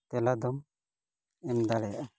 ᱛᱮᱞᱟ ᱫᱚᱢ ᱮᱢ ᱫᱟᱲᱮᱭᱟᱜᱼᱟ